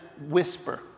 whisper